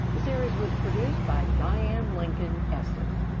the series was produced by diane lincoln estes.